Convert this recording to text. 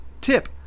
tip